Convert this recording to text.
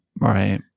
Right